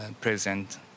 present